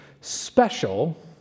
special